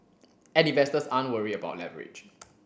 and investors aren't worried about leverage